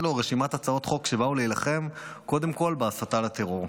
רשימת הצעות חוק שבאו להילחם קודם כול בהסתה לטרור.